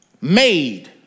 Made